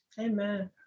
Amen